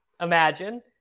imagine